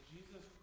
Jesus